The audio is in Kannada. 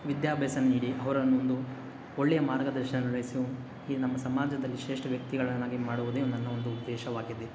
ವಿದ್ಯಾಭ್ಯಾಸ ನೀಡಿ ಅವರನ್ನೊಂದು ಒಳ್ಳೆಯ ಮಾರ್ಗದರ್ಶನ ಈ ನಮ್ಮ ಸಮಾಜದಲ್ಲಿ ಶ್ರೇಷ್ಠ ವ್ಯಕ್ತಿಗಳನ್ನಾಗಿ ಮಾಡುವುದೇ ನನ್ನ ಒಂದು ಉದ್ದೇಶವಾಗಿದೆ